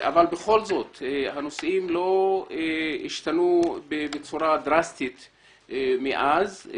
הנושאים לא השתנו בצורה דרסטית מאז.